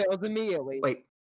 Wait